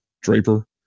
Draper